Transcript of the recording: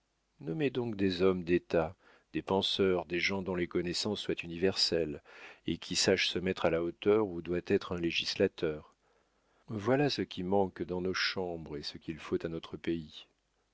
nommez donc des hommes d'état des penseurs des gens dont les connaissances soient universelles et qui sachent se mettre à la hauteur où doit être un législateur voilà ce qui manque dans nos chambres et ce qu'il faut à notre pays